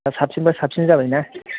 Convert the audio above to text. दा साबसिननिफ्राय साबसिन जाबाय ना